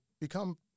become